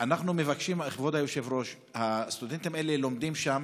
כבוד היושב-ראש, הסטודנטים האלה לומדים שם,